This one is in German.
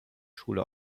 schule